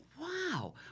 Wow